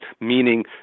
meaning